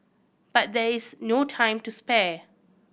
but there is no time to spare